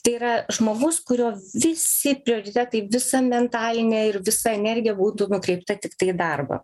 tai yra žmogus kurio visi prioritetai visa mentalinė ir visa energija būtų nukreipta tiktai į darbą